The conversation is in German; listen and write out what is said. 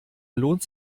lohnt